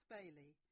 Bailey